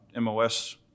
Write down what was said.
MOS